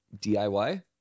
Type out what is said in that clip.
DIY